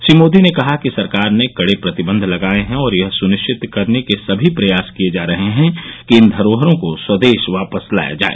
श्री मोदी कहा कि सरकार ने कड़े प्रतिबंध लगाए हैं और यह सुनिश्चित करने के सभी प्रयास किए जा रहे हैं कि इन धरोहरों को स्वदेश वापस लाया जाए